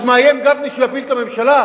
אז מאיים גפני שהוא יפיל את הממשלה,